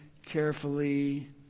Carefully